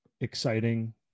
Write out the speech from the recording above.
exciting